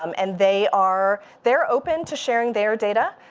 um and they are, they're open to sharing their data.